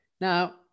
Now